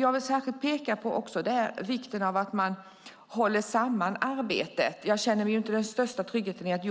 Jag vill peka på vikten av att man håller samman arbetet. Jag känner inte den största tryggheten i att